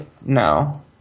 No